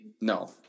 No